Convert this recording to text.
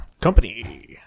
company